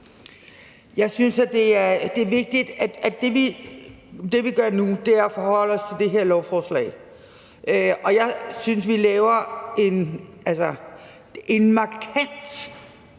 Jeg synes, det er vigtigt, at det, vi gør nu, er at forholde os til det her lovforslag. Jeg synes, vi laver en markant